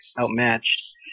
outmatched